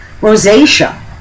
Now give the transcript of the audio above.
Rosacea